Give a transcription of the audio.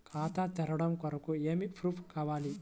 ఖాతా తెరవడం కొరకు ఏమి ప్రూఫ్లు కావాలి?